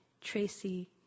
Tracy